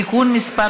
(תיקון מס'